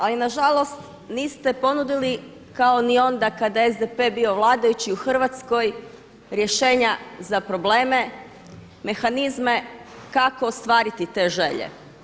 Ali na žalost niste ponudili kao ni onda kada je SDP bio vladajući u Hrvatskoj rješenja za probleme, mehanizme kako ostvariti te želje.